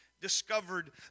discovered